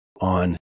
on